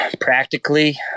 practically